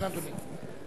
כן, אדוני.